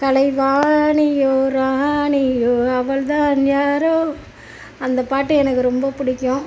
கலைவாணியோ ராணியோ அவள் தான் யாரோ அந்த பாட்டு எனக்கு ரொம்ப பிடிக்கும்